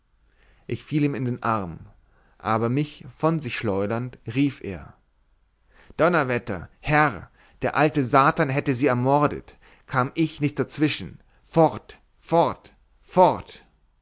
ich fiel ihm in den arm aber mich von sich schleudernd rief er donnerwetter herr der alte satan hätte sie ermordet kam ich nicht dazwischen fort fort fort